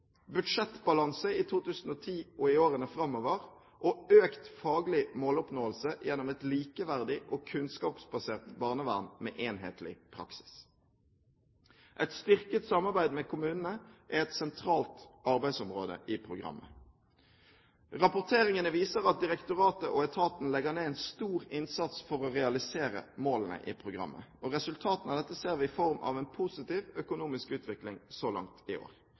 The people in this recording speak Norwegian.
budsjettbalanse i 2010 og i årene framover og økt faglig måloppnåelse gjennom et likeverdig og kunnskapsbasert barnevern med enhetlig praksis. Et styrket samarbeid med kommunene er et sentralt arbeidsområde i programmet. Rapporteringene viser at direktoratet og etaten legger ned en stor innsats for å realisere målene i programmet. Resultatene av dette ser vi i form av en positiv økonomisk utvikling så langt i år.